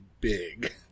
big